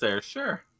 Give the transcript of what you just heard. Sure